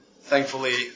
thankfully